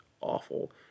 awful